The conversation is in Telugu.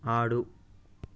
ఆడు